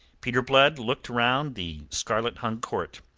peter blood looked round the scarlet-hung court.